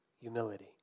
humility